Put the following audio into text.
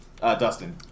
Dustin